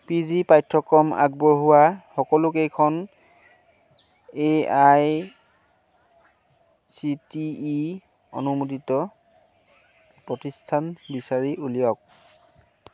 P G পাঠ্যক্ৰম আগবঢ়োৱা সকলোকেইখন A I C T E অনুমোদিত প্ৰতিষ্ঠান বিচাৰি উলিয়াওক